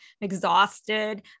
exhausted